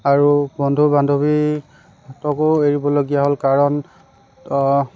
আৰু বন্ধু বান্ধবীহঁতকো এৰিবলগীয়া হ'ল কাৰণ